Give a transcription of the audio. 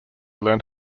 learned